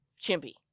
Chimpy